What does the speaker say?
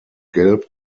gelb